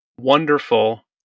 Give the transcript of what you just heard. wonderful